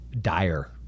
dire